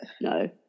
No